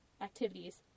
activities